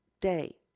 day